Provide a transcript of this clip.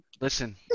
Listen